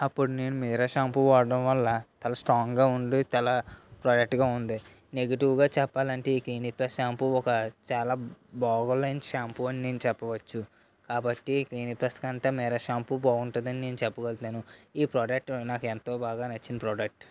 అప్పుడు నేను మీరా షాంపు వాడడం వల్ల తల స్ట్రాంగ్గా ఉండి తల బ్రైట్గా ఉంది నెగటివ్గా చెప్పాలంటే ఈ క్లినిక్ ప్లస్ షాంపూ ఒక చాలా బాగోలేని షాంపూ అని నేను చెప్పవచ్చు కాబట్టి క్లినిక్ ప్లస్ కంటే మీరా షాంపూ చాలా బాగుంటుందని నేను చెప్పగలుగుతాను ఈ ప్రొడెక్టు నాకు ఎంతో బాగా నచ్చిన ప్రొడెక్టు